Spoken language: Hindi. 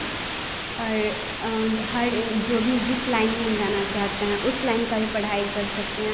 और हर एक जो भी जिस लाइन में हम जाना चाहते हैं उस लाइन का भी पढ़ाई कर सकते हैं